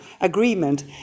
agreement